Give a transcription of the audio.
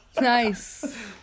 nice